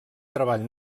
treball